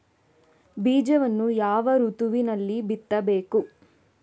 ಬೀಜವನ್ನು ಯಾವ ಋತುವಿನಲ್ಲಿ ಬಿತ್ತಬೇಕು?